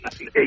eight